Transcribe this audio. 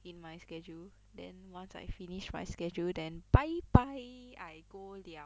in my schedule then once I finish my schedule then bye bye I go liao